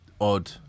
odd